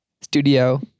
studio